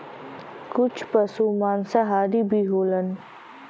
कुछ पसु मांसाहारी भी होलन